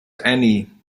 annie